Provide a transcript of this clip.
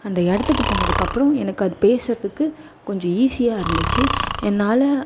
அந்த இடத்துக்குப் போனதுக்கு அப்புறம் எனக்கு அது பேசுகிறதுக்கு கொஞ்சம் ஈசியாக இருந்துச்சு என்னால்